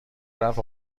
رفت